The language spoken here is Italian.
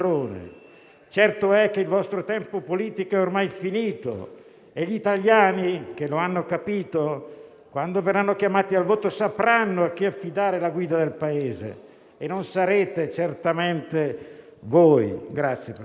Certo è che il vostro tempo politico è ormai finito e gli italiani, che l'hanno capito, quando verranno chiamati al voto, sapranno a chi affidare la guida del Paese, e non sarete certamente voi.